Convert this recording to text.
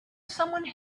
someone